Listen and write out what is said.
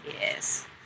Yes